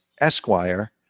Esquire